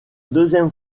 deuxième